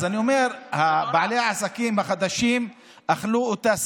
אז אני אומר: בעלי העסקים החדשים אכלו אותה,